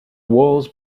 wars